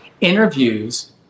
interviews